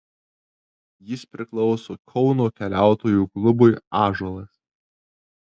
jis priklauso kauno keliautojų klubui ąžuolas